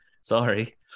sorry